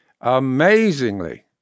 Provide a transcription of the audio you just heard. Amazingly